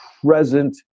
present